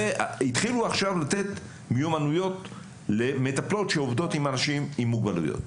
והתחילו עכשיו לתת מיומנויות למטפלות שעובדות עם אנשים מוגבלויות.